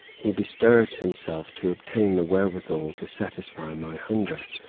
he bestirs himself to obtain the wherewithal to satisfy my hunger,